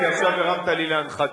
כי עכשיו הרמת לי להנחתה.